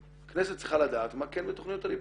הכנסת צריכה לדעת מה כן בתכניות הליבה.